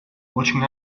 watching